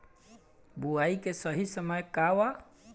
बुआई के सही समय का वा?